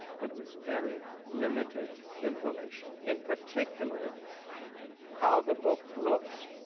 but with very limited information, in particular how the book looks,